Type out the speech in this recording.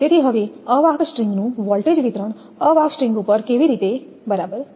તેથી હવે અવાહક સ્ટ્રિંગ નું વોલ્ટેજ વિતરણ અવાહક સ્ટ્રિંગ ઉપર કેવી રીતે બરાબર